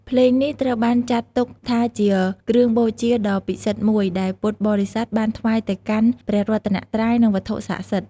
ភ្លេងនេះត្រូវបានចាត់ទុកថាជាគ្រឿងបូជាដ៏ពិសិដ្ឋមួយ ដែលពុទ្ធបរិស័ទបានថ្វាយទៅកាន់ព្រះរតនត្រ័យ និងវត្ថុស័ក្តិសិទ្ធិ។